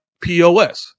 POS